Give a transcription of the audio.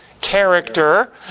character